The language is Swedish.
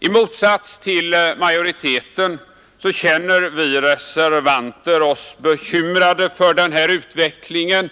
I motsats till majoriteten i utskottet känner vi reservanter oss bekymrade för den här utvecklingen.